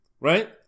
right